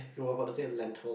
you about to say land tour